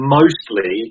mostly